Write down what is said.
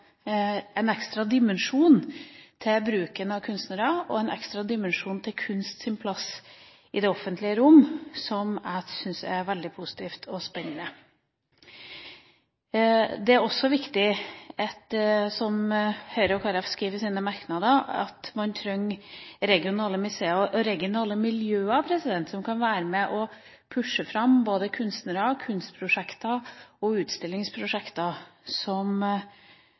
dimensjon til bruken av kunstnere og en ekstra dimensjon til kunstens plass i det offentlige rom som jeg syns er veldig positivt og spennende. Det er også viktig, som Høyre og Kristelig Folkeparti skriver i sine merknader, at man har regionale museer og regionale miljøer som kan være med og pushe fram både kunstnere, kunstprosjekter og utstillingsprosjekter som er til å både leve for og leve av. Det eneste i meldinga som